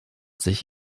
sich